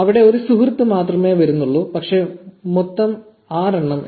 അവിടെ ഒരു സുഹൃത്ത് മാത്രമേ വരുന്നുള്ളൂ പക്ഷേ മൊത്തം എണ്ണം 6